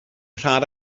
rhad